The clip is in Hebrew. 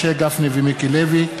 משה גפני ומיקי לוי.